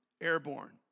airborne